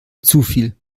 zufiel